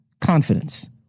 confidence